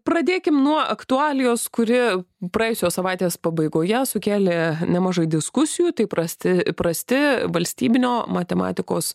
pradėkim nuo aktualijos kuri praėjusios savaitės pabaigoje sukėlė nemažai diskusijų tai prasti prasti valstybinio matematikos